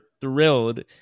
thrilled